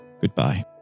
goodbye